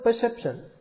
perception